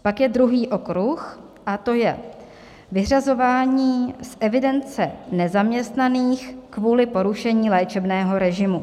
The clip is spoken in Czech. Pak je druhý okruh a to je vyřazování z evidence nezaměstnaných kvůli porušení léčebného režimu.